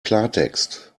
klartext